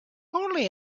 only